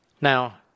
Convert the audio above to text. Now